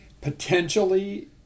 potentially